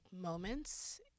moments